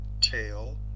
tail